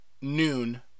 noon